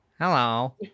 Hello